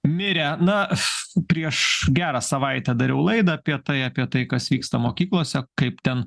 mirė na aš prieš gerą savaitę dariau laidą apie tai apie tai kas vyksta mokyklose kaip ten